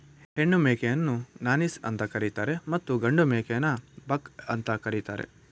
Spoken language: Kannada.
ಹೆಣ್ಣು ಮೇಕೆಯನ್ನು ನಾನೀಸ್ ಅಂತ ಕರಿತರೆ ಮತ್ತು ಗಂಡು ಮೇಕೆನ ಬಕ್ ಅಂತ ಕರಿತಾರೆ